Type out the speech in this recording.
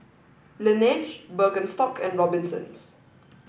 Laneige Birkenstock and Robinsons